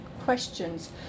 questions